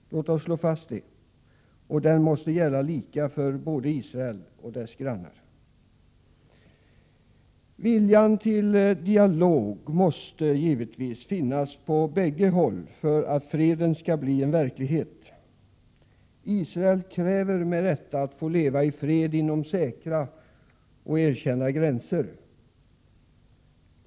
Låt oss slå fast det. Den måste gälla lika för både Israel och dess grannar. Viljan till dialog måste givetvis finnas på bägge håll för att freden skall kunna bli en verklighet. Israelerna kräver med rätta att få leva i fred inom säkra och erkända gränser.